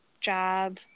job –